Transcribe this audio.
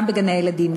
גם בגני-הילדים,